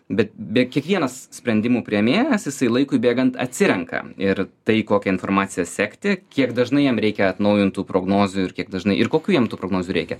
bet beveik kiekvienas sprendimų priėmėjas jisai laikui bėgant atsirenka ir tai kokią informaciją sekti kiek dažnai jam reikia atnaujintų prognozių ir kiek dažnai ir kokių jam tų prognozių reikia